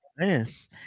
Yes